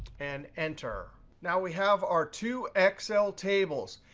and enter. now, we have our two excel tables.